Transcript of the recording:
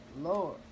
Lord